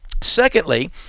Secondly